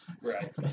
Right